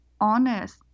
honest